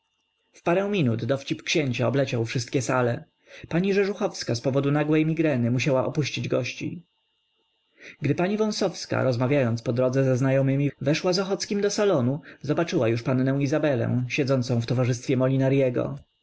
parę minut dowcip księcia obleciał wszystkie sale pani rzeżuchowska z powodu nagłej migreny musiała opuścić gości gdy pani wąsowska rozmawiając po drodze ze znajomymi weszła z ochockim do salonu zobaczyła już pannę izabelę siedzącą w towarzystwie